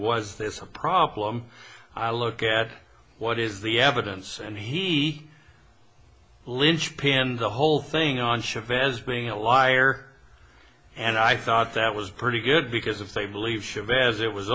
was this a problem i look at what is the evidence and he linchpin the whole thing on chavez being a liar and i thought that was pretty good because if they believed chavez it was